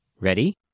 Ready